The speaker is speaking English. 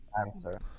answer